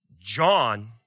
John